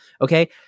Okay